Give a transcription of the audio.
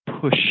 push